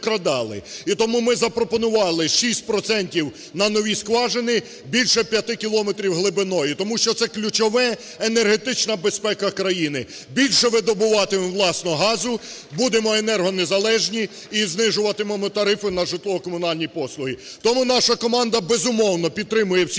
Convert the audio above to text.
І тому ми запропонували шість процентів – на нові скважини більше 5 кілометрів глибиною. Тому що це ключове – енергетична безпека країни, більше видобуватимемо власного газу, будемо енергонезалежні і знижуватимемо тарифи на житлово-комунальні послуги. Тому наша команда, безумовно, підтримує всі